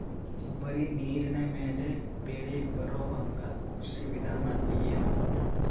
ಬರೀ ನೀರಿನ ಮೇಲೆ ಬೆಳಿ ಬರೊಹಂಗ ಕೃಷಿ ವಿಧಾನ ಎನವ?